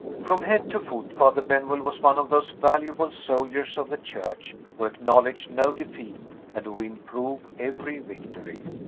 from head to foot, father benwell was one of those valuable soldiers of the church who acknowledge no defeat, and who improve every victory.